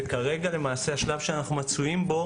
כרגע השלב שאנחנו מצויים בו